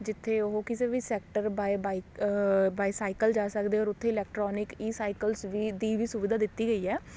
ਜਿੱਥੇ ਉਹ ਕਿਸੇ ਵੀ ਸੈਕਟਰ ਬਾਇ ਬਾਈਕ ਬਾਈਕਸਾਇਕਲ ਜਾ ਸਕਦੇ ਹੈ ਔਰ ਉੱਥੇ ਇਲੈਕਟਰੋਨਿਕ ਈ ਸਾਈਕਲਸ ਵੀ ਦੀ ਵੀ ਸੁਵਿਧਾ ਦਿੱਤੀ ਗਈ ਹੈ